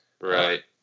right